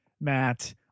Matt